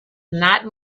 not